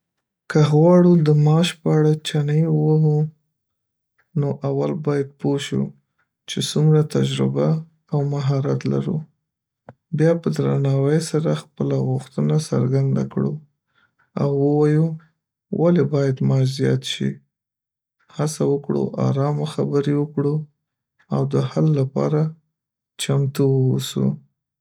که غواړو د معاش په اړه چانې ووهو، نو اول باید پوه شو چې څومره تجربه او مهارت لرو، بیا په درناوي سره خپله غوښتنه څرګنده کړو او ووایو ولې باید معاش زیات شي. هڅه وکړو ارامه خبرې وکړو او د حل لپاره چمتو اوسو.